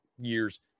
years